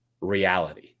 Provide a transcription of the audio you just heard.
reality